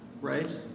right